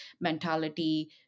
mentality